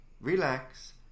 relax